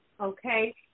okay